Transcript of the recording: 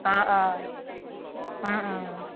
অঁ অঁ অঁ অঁ